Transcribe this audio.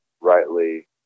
rightly